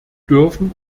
dürfen